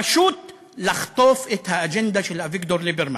פשוט לחטוף את האג'נדה של אביגדור ליברמן,